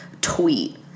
tweet